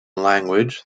language